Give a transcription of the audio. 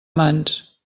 mans